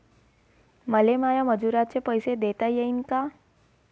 मले माया मजुराचे पैसे देता येईन का?